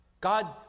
God